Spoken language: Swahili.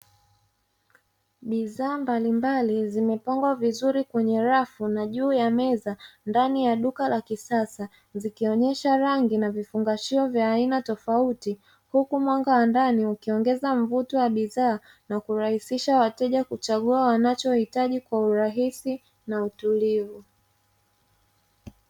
Bidhaa mbalimbali zimepangwa vizuri kwenye rafu na kwenye meza ndani ya duka zuri ikionyesha rangi na vifungashio vya aina tofauti tofauti huku mwanga wa ndani ukiongeza mvuto wa bidhaa na kurahisisha wateja kuchagua kwa urahisi na utulivu